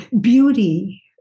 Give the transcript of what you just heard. beauty